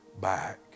back